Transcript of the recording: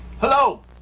Hello